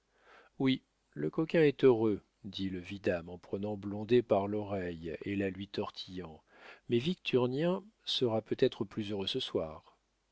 oui le coquin est heureux dit le vidame en prenant blondet par l'oreille et la lui tortillant mais victurnien sera peut-être plus heureux ce soir